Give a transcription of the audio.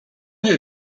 nie